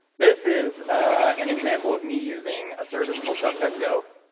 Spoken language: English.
this is an example of me using a service called duckduckgo.